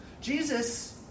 Jesus